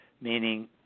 meaning